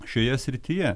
šioje srityje